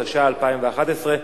התשע"א 2011,